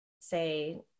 say